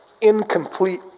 incomplete